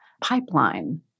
pipeline